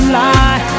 lie